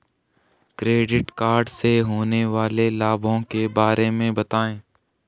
Credit card से होने वाले लाभों के बारे में बताएं?